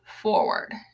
forward